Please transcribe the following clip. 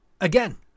Again